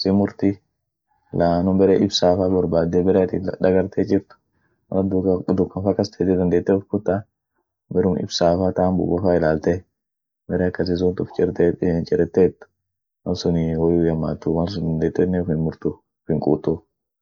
simurti, lanum bere ibsaa fa borbade, bere atin laf dagarte chirt, woat dukan dukan fa kas tete chirt dendeete ufkuta, berum ibsafa taam bobo fa ilalte, bere akasi sunt ufchirtet, chiretet malsuni woyu hihamatu, malsun dendeten ufin murtu ufin kuutu.